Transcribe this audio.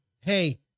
Hey